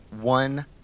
one